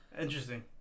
Interesting